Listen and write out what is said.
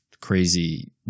crazy